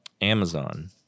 Amazon